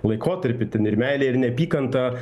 laikotarpį ten ir meilę ir neapykantą